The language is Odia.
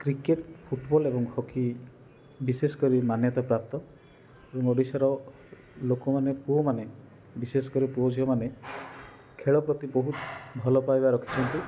କ୍ରିକେଟ୍ ଫୁଟବଲ୍ ଏବଂ ହକି ବିଶେଷକରି ମାନ୍ୟତା ପ୍ରାପ୍ତ ଏବଂ ଓଡ଼ିଶାର ଲୋକମାନେ ପୁଅମାନେ ବିଶେଷକରି ପୁଅ ଝିଅମାନେ ଖେଳ ପ୍ରତି ବହୁତ ଭଲପାଇବା ରଖିଛନ୍ତି